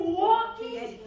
walking